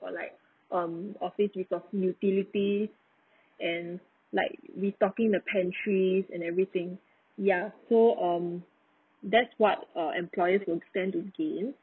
or like um office resource utility and like restocking the pantry and everything ya so on that's what uh employers will tend to gain